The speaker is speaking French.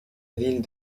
ville